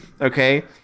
okay